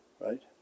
right